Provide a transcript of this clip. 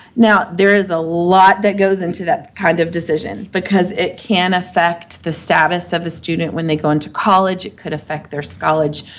now, there is a lot that goes into that kind of decision because it can affect the status of the student when they go into college. it could affect their so college